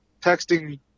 texting